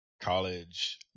college